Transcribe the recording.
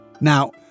Now